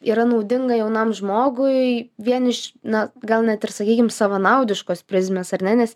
yra naudinga jaunam žmogui vien iš na gal net ir sakykim savanaudiškos prizmės ar ne nes